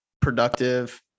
productive